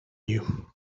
you